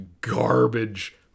garbage